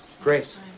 Grace